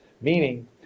Meaning